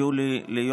יולי,